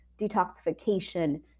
detoxification